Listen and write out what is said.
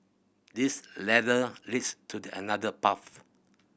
this ladder leads to the another path